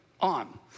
on